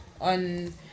on